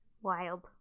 Wild